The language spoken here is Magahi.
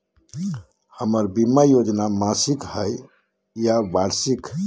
हमर बीमा योजना मासिक हई बोया वार्षिक?